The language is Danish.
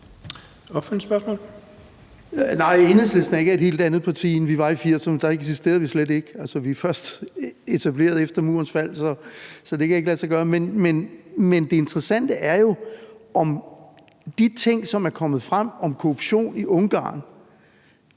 det interessante er jo, om de ting, som er kommet frem om korruption i Ungarn,